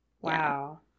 Wow